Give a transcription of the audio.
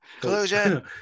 Collusion